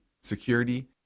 security